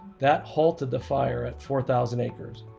that halted the fire at four thousand acres.